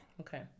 okay